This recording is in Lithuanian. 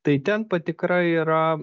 tai ten patikra yra